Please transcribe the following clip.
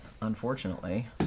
unfortunately